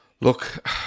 Look